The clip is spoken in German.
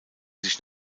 sich